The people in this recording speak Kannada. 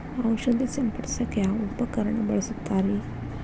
ಔಷಧಿ ಸಿಂಪಡಿಸಕ ಯಾವ ಉಪಕರಣ ಬಳಸುತ್ತಾರಿ?